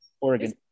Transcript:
Oregon